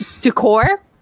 decor